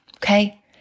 Okay